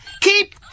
Keep